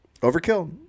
Overkill